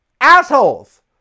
Assholes